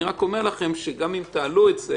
אני רק אומר לכם שגם אם תעלו את זה